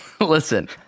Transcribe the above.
listen